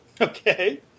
Okay